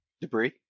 Debris